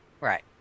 Right